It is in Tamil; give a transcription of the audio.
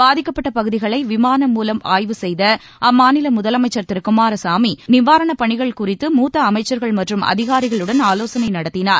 பாதிக்கப்பட்ட பகுதிகளை விமானம் மூலம் ஆய்வு செய்த அம்மாநில முதலமைச்சர் திரு குமாரசாமி நிவாரணப் பணிகள் குறித்து மூத்த அமைச்சர்கள் மற்றும் அதிகாரிகளுடனும் ஆலோசளை நடத்தினார்